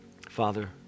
Father